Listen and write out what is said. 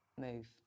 move